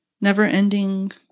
never-ending